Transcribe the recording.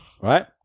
right